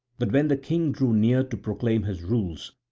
but when the king drew near to proclaim his rules,